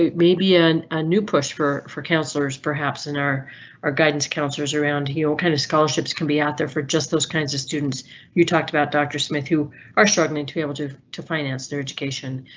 ah maybe and a new push for for counselors, perhaps in our our guidance counselors around, he'll kind of scholarships can be out there for just those kinds of students you talked about. doctor smith, who are struggling to be able to to finance their education